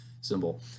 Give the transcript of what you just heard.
symbol